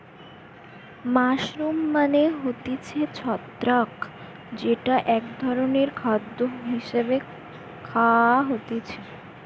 mushroom মানে হতিছে ছত্রাক যেটা এক ধরণের খাদ্য হিসেবে খায়া হতিছে